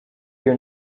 your